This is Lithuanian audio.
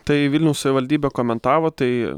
tai vilniaus savivaldybė komentavo tai